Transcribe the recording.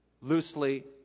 loosely